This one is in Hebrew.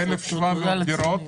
לפחות 1,700 דירות,